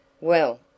Well